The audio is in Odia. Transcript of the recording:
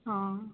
ହଁ